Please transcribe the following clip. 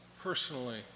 personally